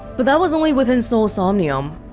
but that was only within so's somnium.